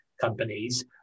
companies